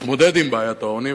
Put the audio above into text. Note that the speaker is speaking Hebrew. להתמודד עם בעיית העוני.